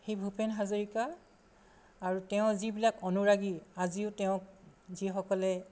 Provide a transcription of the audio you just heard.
সেই ভূপেন হাজৰিকা আৰু তেওঁৰ যিবিলাক অনুৰাগী আজিও তেওঁক যিসকলে